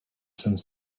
some